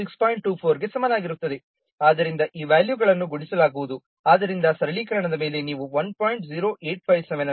ಆದ್ದರಿಂದ ಆ ವ್ಯಾಲ್ಯೂಗಳನ್ನು ಗುಣಿಸಲಾಗುವುದು ಆದ್ದರಿಂದ ಸರಳೀಕರಣದ ಮೇಲೆ ನೀವು 1